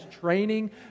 training